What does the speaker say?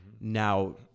now